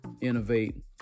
innovate